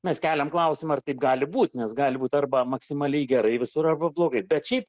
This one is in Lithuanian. mes keliam klausimą ar taip gali būt nes gali būt arba maksimaliai gerai visur arba blogai bet šiaip